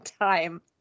time